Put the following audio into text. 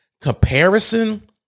Comparison